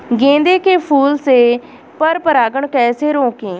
गेंदे के फूल से पर परागण कैसे रोकें?